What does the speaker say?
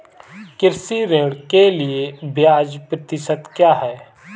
कृषि ऋण के लिए ब्याज प्रतिशत क्या है?